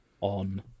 on